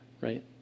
Right